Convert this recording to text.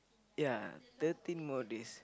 ya thirteen more days